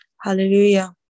Hallelujah